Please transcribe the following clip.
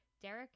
Derek